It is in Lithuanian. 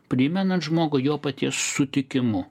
primenant žmogui jo paties sutikimu